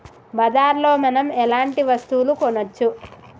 బజార్ లో మనం ఎలాంటి వస్తువులు కొనచ్చు?